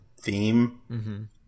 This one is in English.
theme